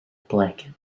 blanket